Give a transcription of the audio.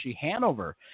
Hanover